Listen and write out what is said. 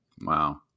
Wow